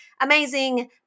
amazing